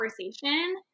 conversation